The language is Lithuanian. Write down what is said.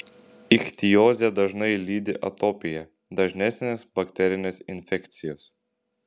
ichtiozę dažnai lydi atopija dažnesnės bakterinės infekcijos